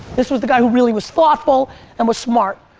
this was the guy really was thoughtful and was smart.